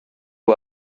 who